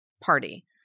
party